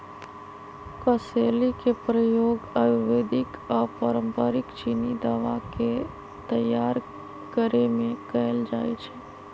कसेली के प्रयोग आयुर्वेदिक आऽ पारंपरिक चीनी दवा के तइयार करेमे कएल जाइ छइ